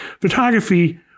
photography